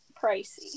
pricey